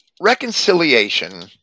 reconciliation